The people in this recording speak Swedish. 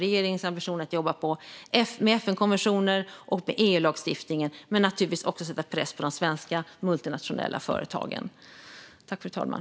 Regeringens ambition är att jobba på med FN-konventioner och med EU-lagstiftningen, men naturligtvis också att sätta press på de svenska multinationella företagen.